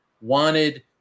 wanted